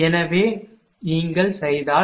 எனவே நீங்கள் செய்தால்